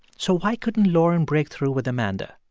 so why couldn't lauren break through with amanda?